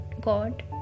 God